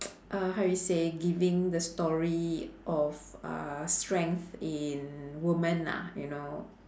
how you say giving the story of uh strength in woman lah you know